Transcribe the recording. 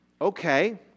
okay